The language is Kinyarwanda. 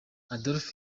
adolf